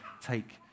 take